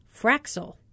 Fraxel